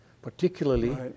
Particularly